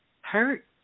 Hurt